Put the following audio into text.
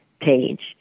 page